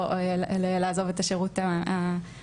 או לעזוב את השירות ההתנדבותי,